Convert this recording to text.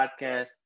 Podcast